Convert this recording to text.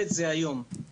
סדר בדברים האלה.